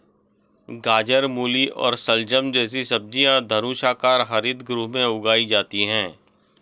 गाजर, मूली और शलजम जैसी सब्जियां धनुषाकार हरित गृह में उगाई जाती हैं